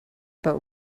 but